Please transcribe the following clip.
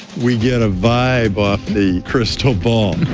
we get vibe off the crystal ball.